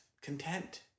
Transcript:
content